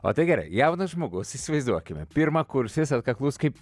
o tai gerai jaunas žmogus įsivaizduokime pirmakursis atkaklus kaip